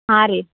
ಹಾಂ ರೀ